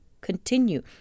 continue